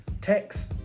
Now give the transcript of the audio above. Text